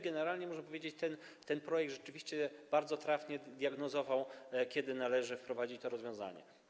Generalnie, można powiedzieć, w tym projekcie rzeczywiście bardzo trafnie diagnozowano, kiedy należy wprowadzić to rozwiązanie.